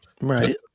Right